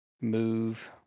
move